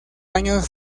años